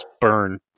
burn